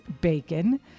bacon